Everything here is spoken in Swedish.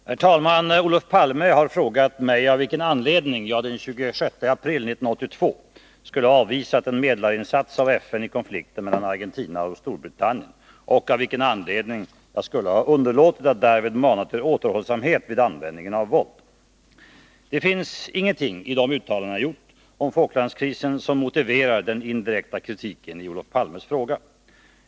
Herr talman! Olof Palme har frågat mig av vilken anledning jag den 26 april 1982 skulle ha avvisat en medlarinsats av FN i konflikten mellan Argentina och Storbritannien och av vilken anledning jag skulle ha underlåtit att därvid mana till återhållsamhet vid användningen av våld. Det finns ingenting i de uttalanden jag gjort om Falklandskrisen som motiverar den indirekta kritiken i Olof Palmes fråga.